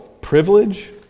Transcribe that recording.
privilege